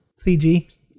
CG